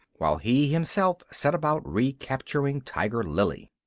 while he himself set about recapturing tiger lily.